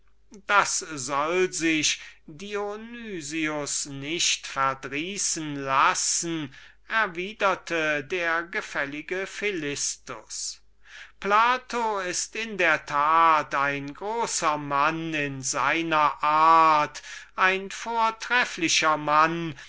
das soll sich dionys nicht verdrießen lassen erwiderte der gefällige philistus plato ist in der tat ein großer mann in seiner art ein vortrefflicher mann